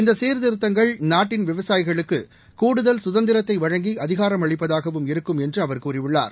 இந்த சீர்திருத்தங்கள் நாட்டின் விவசாயிகளுக்கு கூடுதல் குதந்திரத்தை வழங்கி அதிகாரம் அளிப்பதாகவும் இருக்கும் என்ற அவர் கூறியுள்ளார்